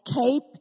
Cape